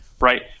Right